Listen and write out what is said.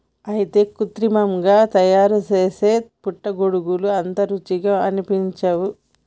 అయితే కృత్రిమంగా తయారుసేసే పుట్టగొడుగులు అంత రుచిగా అనిపించవు